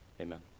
Amen